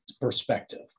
perspective